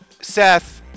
Seth